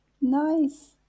nice